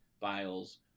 files